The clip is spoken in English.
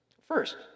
First